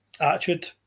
attitude